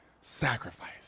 sacrifice